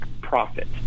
profit